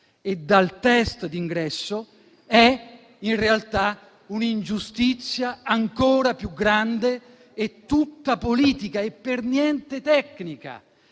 e dal test d'ingresso, è in realtà ancora più grande, tutta politica e per niente tecnica.